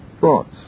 thoughts